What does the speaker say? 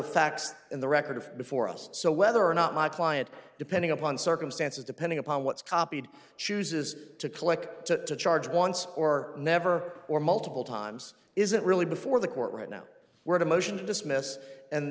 facts and the record of before us so whether or not my client depending upon circumstances depending upon what's copied chooses to collect to charge once or never or multiple times isn't really before the court right now were the motion